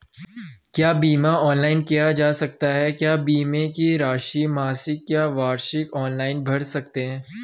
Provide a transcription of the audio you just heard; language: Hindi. क्या बीमा ऑनलाइन किया जा सकता है क्या बीमे की राशि मासिक या वार्षिक ऑनलाइन भर सकते हैं?